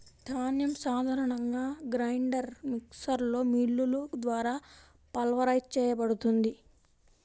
ధాన్యం సాధారణంగా గ్రైండర్ మిక్సర్లో మిల్లులు ద్వారా పల్వరైజ్ చేయబడుతుంది